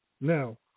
Now